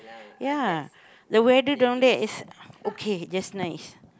ya the weather down there is okay just nice